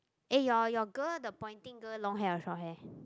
eh your your girl the pointing girl long hair or short hair